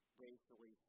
racially